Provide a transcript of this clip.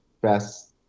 Best